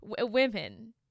women